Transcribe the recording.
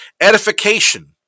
edification